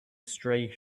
straight